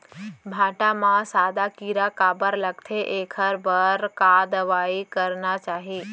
भांटा म सादा कीरा काबर लगथे एखर बर का दवई करना चाही?